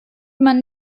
man